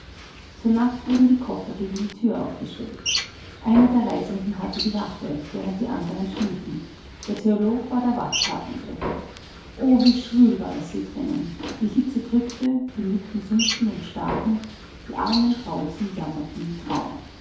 zur nacht wurden die koffer gegen die thür aufgestellt einer der reisenden hatte die wache während die andern schliefen der theolog war der wachthabende o wie schwül war es hier drinnen die hitze drückte die mücken summten und stachen die armen draußen jammerten im traum